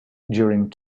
during